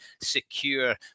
secure